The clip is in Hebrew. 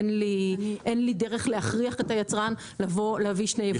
אין לי דרך להכריח את היצרן להביא שני יבואנים.